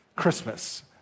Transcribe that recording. Christmas